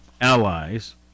allies